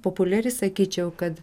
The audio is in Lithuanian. populiari sakyčiau kad